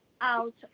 out